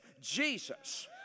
Jesus